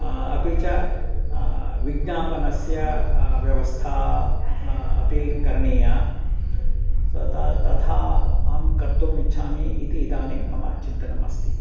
अपि च विज्ञापनस्य व्यवस्था अपि करणीया सो ता तथा अहं कर्तुम् इच्छामि इति इदानीं मम चिन्तनम् अस्ति